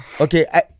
Okay